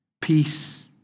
peace